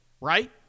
right